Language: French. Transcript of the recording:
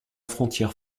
frontière